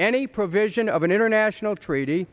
any provision of an international treaty